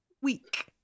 week